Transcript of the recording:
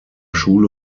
schule